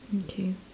okay